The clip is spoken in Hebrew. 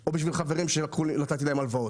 או בשביל חברים שנתנו לי הלוואות.